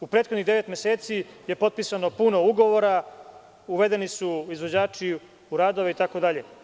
U prethodnih devet meseci je potpisano puno ugovora, uvedeni su izvođači u radove itd.